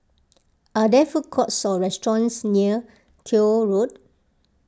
are there food courts or restaurants near Koek Road